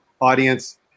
audience